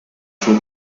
suo